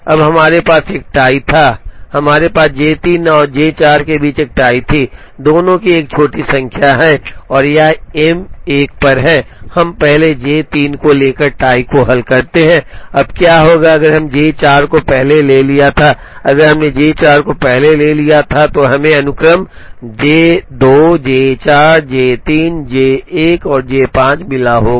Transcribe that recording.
अब हमारे पास एक टाई था हमारे पास J 3 और J 4 के बीच एक टाई थी दोनों की एक छोटी संख्या है और यह M 1 पर है हम पहले J 3 को ले कर टाई को हल करते हैं अब क्या होगा अगर हम J 4 को पहले लिया था अगर हमने J 4 को पहले लिया था तो हमें अनुक्रम J 2 J 4 J 3 J 1 और J 5 मिला होगा